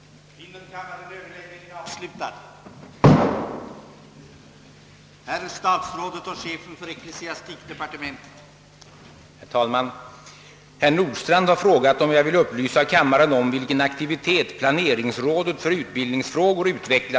Regeringen vill sålunda helt utlämna vår textilindustri. Vart bär det hän?